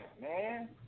man